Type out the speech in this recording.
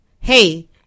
hey